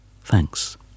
thanks